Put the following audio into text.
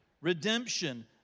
redemption